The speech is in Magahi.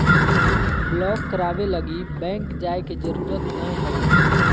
ब्लॉक कराबे लगी बैंक जाय के जरूरत नयय हइ